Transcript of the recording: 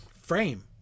frame